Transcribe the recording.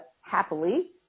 happily